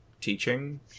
teaching